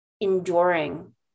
enduring